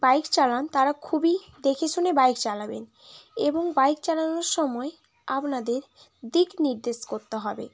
bike চালান তারা খুবই দেখেশুনে বাইক চালাবেন এবং বাইক চালানোর সময় আপনাদের দিক নির্দেশ করতে হবে